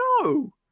no